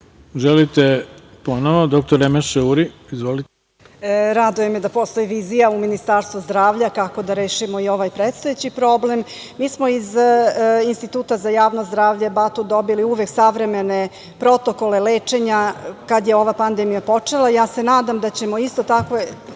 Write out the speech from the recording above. Emeše Uri. **Emeše Uri** Raduje me da postoji vizija u Ministarstvu zdravlja kako da rešimo i ovaj predstojeći problem. Mi smo iz Instituta za javno zdravlje „Batut“ dobili uvek savremene protokole lečenja kada je ova pandemija počela. Ja se nadam da ćemo isto takve